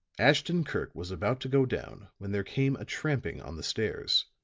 ashton-kirk was about to go down when there came a tramping on the stairs.